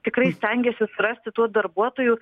tikrai stengiasis rasti tuo darbuotojų